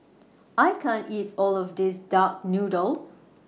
I can't eat All of This Duck Noodle